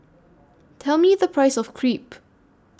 Tell Me The Price of Crepe